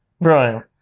Right